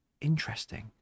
interesting